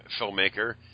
filmmaker